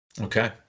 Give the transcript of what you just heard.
Okay